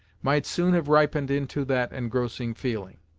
might soon have ripened into that engrossing feeling.